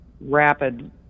rapid